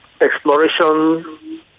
Exploration